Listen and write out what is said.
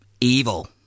Evil